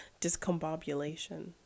discombobulation